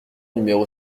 numéro